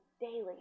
daily